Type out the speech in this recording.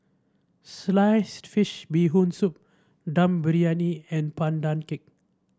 Sliced Fish Bee Hoon Soup Dum Briyani and Pandan Cake